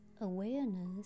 awareness